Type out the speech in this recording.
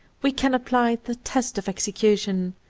we can apply the test of execution.